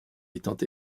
étant